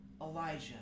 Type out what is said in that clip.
Elijah